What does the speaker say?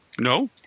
No